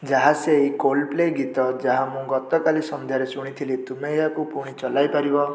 ଯାହା ସେହି Coldplay ଗୀତ ଯାହା ମୁଁ ଗତକାଲି ସନ୍ଧ୍ୟାରେ ଶୁଣିଥିଲି ତୁମେ ଏହାକୁ ପୁଣି ଚଲାଇ ପାରିବ